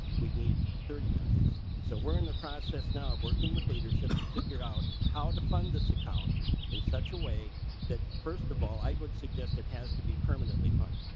we need thirty ninth so we're in the process now working with leadership you're out how to fund this account in such a way that first of all i would suggest it has to be permanently front.